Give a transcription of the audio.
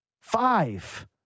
Five